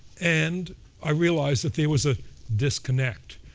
and i realized that there was a disconnect.